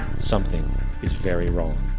something is very wrong.